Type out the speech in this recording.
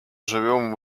живем